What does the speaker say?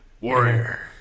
Warrior